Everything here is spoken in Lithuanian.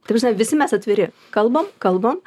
ta prasme visi mes atviri kalbam kalbam